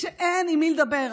שאין עם מי לדבר.